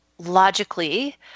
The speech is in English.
Logically